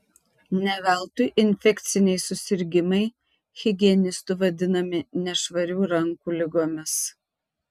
ne veltui infekciniai susirgimai higienistų vadinami nešvarių rankų ligomis